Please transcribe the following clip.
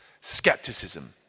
skepticism